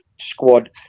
squad